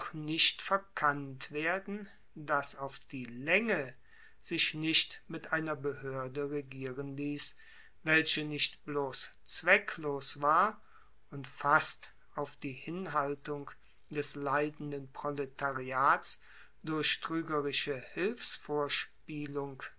nicht verkannt werden dass auf die laenge sich nicht mit einer behoerde regieren liess welche nicht bloss zwecklos war und fast auf die hinhaltung des leidenden proletariats durch truegerische